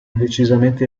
decisamente